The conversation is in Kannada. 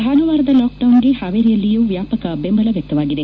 ಭಾನುವಾರದ ಲಾಕ್ಡೌನ್ಗೆ ಹಾವೇರಿಯಲ್ಲಿಯೂ ವ್ವಾಪಕ ಬೆಂಬಲ ವ್ವಕ್ತವಾಗಿದೆ